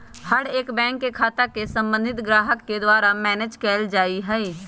हर एक बैंक के खाता के सम्बन्धित ग्राहक के द्वारा मैनेज कइल जा हई